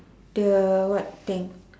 the what thing